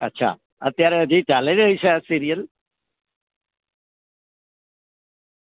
અચ્છા અત્યારે હજી ચાલે છે એ સ સિરિયલ